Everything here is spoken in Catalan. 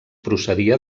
procedia